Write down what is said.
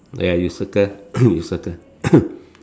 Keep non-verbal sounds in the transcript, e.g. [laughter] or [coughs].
ya you circle [coughs] you circle [coughs]